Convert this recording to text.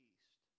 East